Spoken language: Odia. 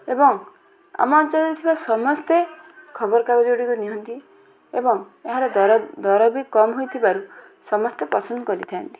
ଏବଂ ଆମ ଅଞ୍ଚଳରେ ଥିବା ସମସ୍ତେ ଖବରକାଗଜଗୁଡ଼ିକୁ ନିଅନ୍ତି ଏବଂ ଏହାର ଦର ଦର ବି କମ୍ ହୋଇଥିବାରୁ ସମସ୍ତେ ପସନ୍ଦ କରିଥାନ୍ତି